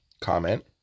comment